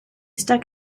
stuck